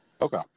Okay